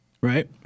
Right